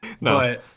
no